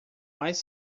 mais